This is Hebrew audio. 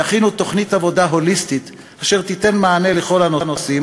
יכינו תוכנית עבודה הוליסטית אשר תיתן מענה לכל הנושאים